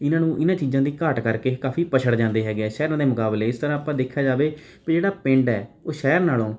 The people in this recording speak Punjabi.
ਇਨ੍ਹਾਂ ਨੂੰ ਇਨ੍ਹਾਂ ਚੀਜ਼ਾਂ ਦੀ ਘਾਟ ਕਰਕੇ ਕਾਫੀ ਪਛੜ ਜਾਂਦੇ ਹੈਗੇ ਹੈ ਸ਼ਹਿਰਾਂ ਦੇ ਮੁਕਾਬਲੇ ਇਸ ਤਰ੍ਹਾਂ ਆਪਾਂ ਦੇਖਿਆ ਜਾਵੇ ਵੀ ਜਿਹੜਾ ਪਿੰਡ ਹੈ ਉਹ ਸ਼ਹਿਰ ਨਾਲੋਂ